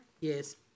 Yes